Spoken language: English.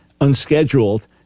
unscheduled